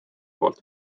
poolt